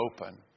open